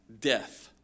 death